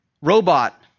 robot